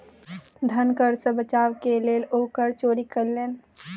धन कर सॅ बचाव के लेल ओ कर चोरी कयलैन